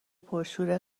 پرشور